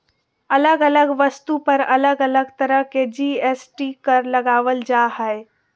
अलग अलग वस्तु पर अलग अलग तरह के जी.एस.टी कर लगावल जा हय